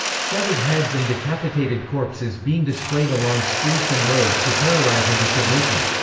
severed heads and decapitated corpses being displayed along streets and roads to terrorise into submission.